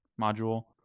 module